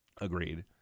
Agreed